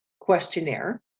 questionnaire